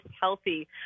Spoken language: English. healthy